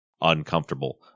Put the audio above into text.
uncomfortable